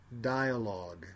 dialogue